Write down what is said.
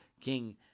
king